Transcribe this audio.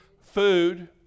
food